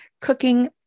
cooking